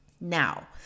Now